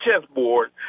chessboard